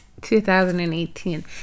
2018